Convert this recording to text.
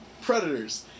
Predators